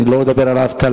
אני לא מדבר על האבטלה.